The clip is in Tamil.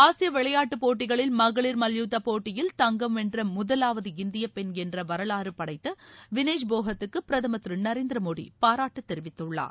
ஆசிய விளையாட்டுப் போட்டிகளில் மகளிர் மல்யுத்தப் போட்டியில் தங்கம் வென்ற முதலாவது இந்திய பெண் என்ற வரலாறு படைத்த வினேஷ் போகத்துக்கு பிரதமர் திரு நரேந்திர மோடி பாராட்டு தெரிவித்துள்ளார்